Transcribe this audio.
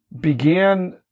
began